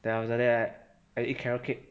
then after that I eat carrot cake